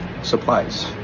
Supplies